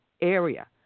area